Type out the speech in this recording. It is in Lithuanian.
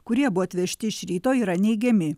kurie buvo atvežti iš ryto yra neigiami